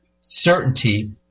certainty